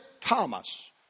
Thomas